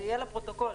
שיהיה לפרוטוקול.